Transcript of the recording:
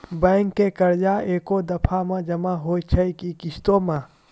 Bank के कर्जा ऐकै दफ़ा मे जमा होय छै कि किस्तो मे?